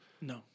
No